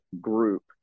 group